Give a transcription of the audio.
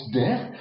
death